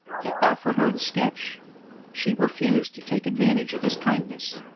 he offered her the sketch she refused to take advantage of his kindness.